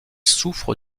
souffre